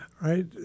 right